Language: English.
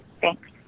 Thanks